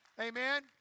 Amen